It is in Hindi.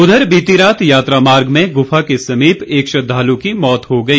उधर बीती रात यात्रा मार्ग में गुफा के समीप एक श्रद्वालु की मौत हो गई